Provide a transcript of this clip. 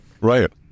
right